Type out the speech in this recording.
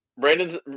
Brandon